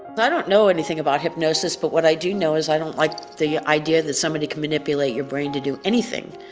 i don't know anything about hypnosis. but what i do know is i don't like the idea that somebody can manipulate your brain to do anything.